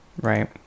Right